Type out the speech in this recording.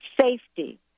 safety